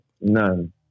none